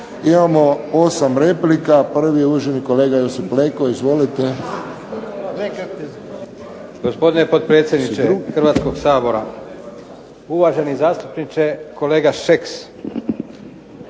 Imamo 8 replika, prvi je uvaženi kolega Josip Leko. Izvolite.